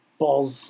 balls